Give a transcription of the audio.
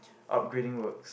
upgrading works